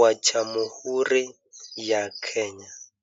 wa jamhuri ya Kenya.